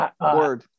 Word